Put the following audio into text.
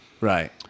Right